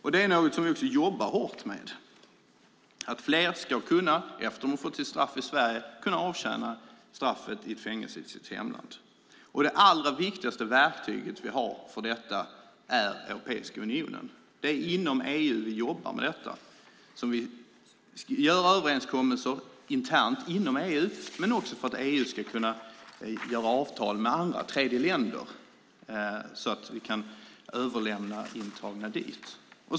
Vi jobbar också hårt med att fler ska kunna avtjäna sitt straff i ett fängelse i sitt hemland efter att de blivit dömda i Sverige. Det viktigaste verktyg vi har för detta är Europeiska unionen. Det är inom EU vi jobbar med detta. Vi gör överenskommelser internt inom EU, och EU kan också skriva avtal med tredjeländer så att vi kan överlämna intagna dit.